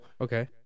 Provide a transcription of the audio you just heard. Okay